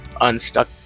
unstuck